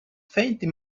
faintly